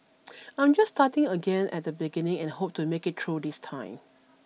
I am just starting again at the beginning and hope to make it through this time